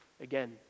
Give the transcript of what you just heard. again